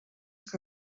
que